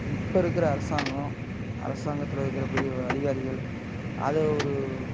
இப்போ இருக்கிற அரசாங்கம் அரசாங்கத்தில் இருக்கிற பெரிய அதிகாரிகள் அதை ஒரு